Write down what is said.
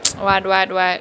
what what